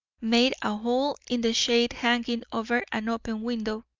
made a hole in the shade hanging over an open window,